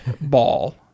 ball